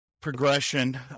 progression